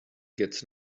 gets